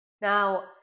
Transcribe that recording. now